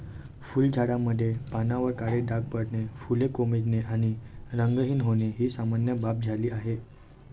फुलझाडांमध्ये पानांवर काळे डाग पडणे, फुले कोमेजणे आणि रंगहीन होणे ही सामान्य बाब झाली आहे